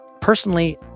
Personally